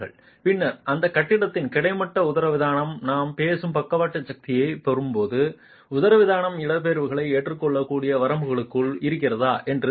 பின்னர் அந்த கட்டத்தில் கிடைமட்ட உதரவிதானம் நாம் பேசும் பக்கவாட்டு சக்தியைப் பெறும்போது உதரவிதானம் இடப்பெயர்வுகள் ஏற்றுக்கொள்ளக்கூடிய வரம்புகளுக்குள் இருக்கிறதா என்று சோதிக்கவும்